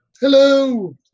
hello